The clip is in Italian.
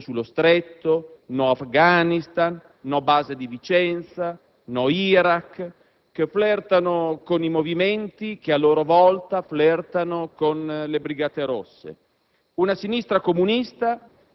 no-MOSE, no-ponte sullo Stretto, no-Afghanistan, no-base di Vicenza, no-Iraq, flirtando con movimenti che, a loro volta, flirtano con le Brigate rosse.